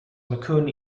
mccune